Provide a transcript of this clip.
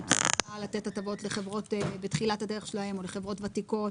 על בסיס מה לתת הטבות לחברות בתחילת הדרך שלהן או לחברות ותיקות?